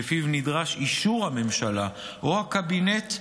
שלפיו נדרש אישור הממשלה או הקבינט,